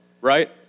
right